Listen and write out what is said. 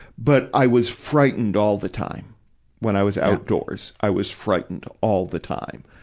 but i was frightened all the time when i was outdoors. i was frightened all the time.